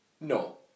No